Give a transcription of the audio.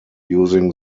using